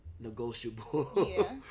negotiable